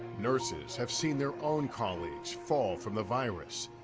nurses have seen their own colleagues fall from the virus.